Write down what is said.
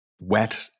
wet